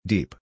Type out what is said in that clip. Deep